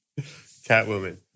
Catwoman